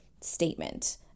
statement